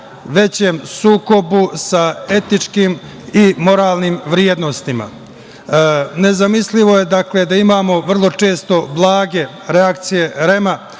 najvećem sukobu sa etičkim i moralnim vrednostima. Nezamislivo je, dakle, da imamo vrlo često blage reakcije REM-a,